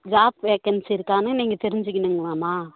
job vacancy இருக்கான்னு நீங்கள் தெரிஞ்சிக்கணுங்ளாம்மா